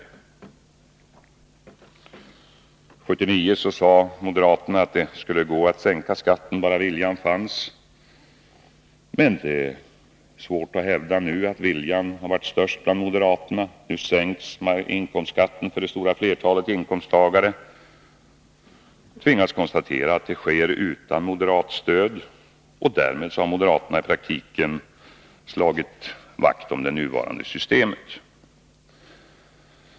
1979 sade moderaterna att det skulle gå att sänka skatten bara viljan fanns. Men det är svårt att nu hävda att viljan har varit störst bland moderaterna. Nu sänks inkomstskatten för det stora flertalet inkomsttagare. Jag tvingas konstatera att det sker utan moderat stöd. Därmed har moderaterna i praktiken slagit vakt om det nuvarande systemet.